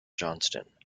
johnston